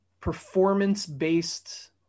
performance-based